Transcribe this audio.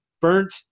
burnt